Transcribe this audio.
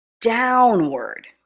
downward